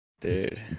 dude